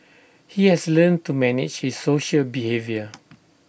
he has learn to manage his social behaviour